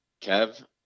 Kev